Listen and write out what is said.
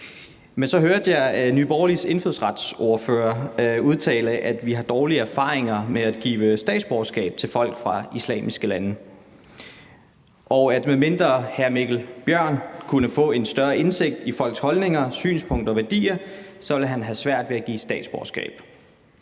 men så hørte jeg Nye Borgerliges indfødsretsordfører udtale, at vi har dårlige erfaringer med at give statsborgerskab til folk fra islamiske lande, og at medmindre hr. Mikkel Bjørn kunne få en større indsigt i folks holdninger, synspunkter og værdier, ville han have svært ved at give statsborgerskab.